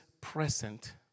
present